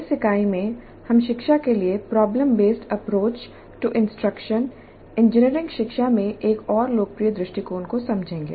इस इकाई में हम शिक्षा के लिए problem based approach to instruction engineering शिक्षा में एक और लोकप्रिय दृष्टिकोण को समझेंगे